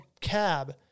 cab